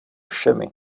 všemi